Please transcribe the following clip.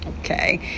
Okay